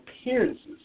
appearances